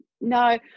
no